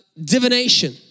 divination